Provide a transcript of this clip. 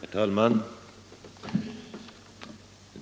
Herr talman!